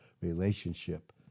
relationship